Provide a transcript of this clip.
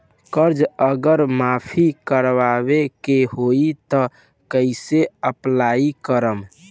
कर्जा अगर माफी करवावे के होई तब कैसे अप्लाई करम?